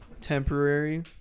temporary